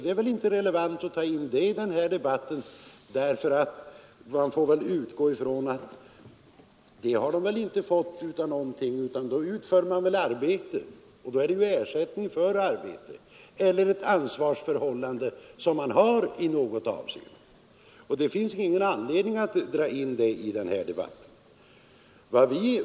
Det är väl inte relevant att ta in den frågan i denna debatt. Man får väl utgå ifrån att vederbörande inte har fått den där andra lönen för ingenting, utan då måste de väl utföra ett arbete. Och då är lönen ersättning för det arbetet — eller också har man ett ansvarsförhållande i något avseende. Den saken finns det ingen anledning att dra in i denna debatt.